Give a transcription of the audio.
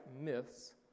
myths